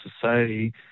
society